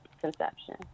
conception